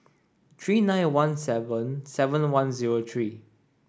three nine one seven seven one zero three